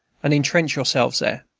and intrench yourselves there.